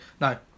no